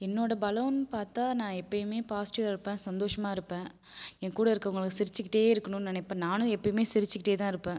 என்னோட பலோம்னு பார்த்தா நான் எப்பையுமே பாஸ்ட்டிவாக இருப்பேன் சந்தோஷமாக இருப்பேன் என்கூட இருக்குறவங்களை சிரிச்சிக்கிட்டே இருக்கணுன்னு நினைப்பேன் நானும் எப்பையுமே சிரிச்சிக்கிட்டே தான் இருப்பேன்